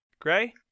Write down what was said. Gray